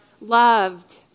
loved